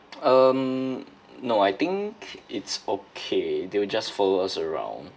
um no I think it's okay they'll just follow us around